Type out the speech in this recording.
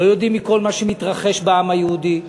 לא יודעים מכל מה שמתרחש בעם היהודי.